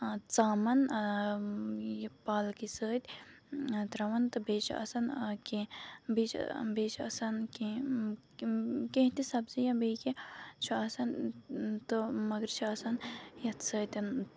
ژامَن یہِ پالکہِ سۭتۍ ترٛاوَان تہٕ بیٚیہِ چھِ آسان کینٛہہ بیٚیہِ چھِ بیٚیہِ چھِ آسان کینٛہہ کینٛہہ تہِ سبزی یا بیٚیہِ کینٛہہ چھُ آسان تہٕ مگر چھِ آسان یَتھ سۭتۍ